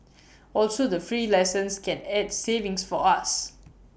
also the free lessons can add savings for us